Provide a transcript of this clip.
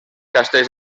castells